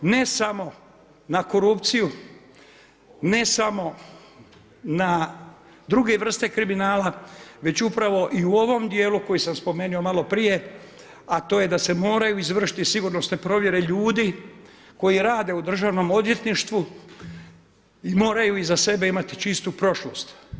Ne samo na korupciju, ne samo na druge vrste kriminala, već upravo i u ovom dijelu koji sam spomenuo malo prije, a to je da se moraju izvršiti sigurnosne provjere ljudi koji rade u Državnom odvjetništvu i moraju iza sebe imati čistu prošlost.